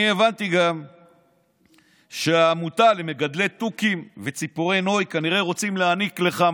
אני גם הבנתי שהעמותה למגדלי תוכים וציפורי נוי כנראה רוצה להעניק לך,